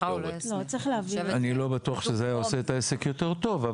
אני לא בטוח שזה היה עושה את העסק יותר טוב,